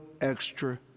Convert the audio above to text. extra